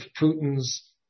Putin's